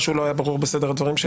משהו לא היה ברור בסדר הדברים שלי?